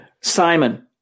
Simon